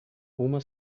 uma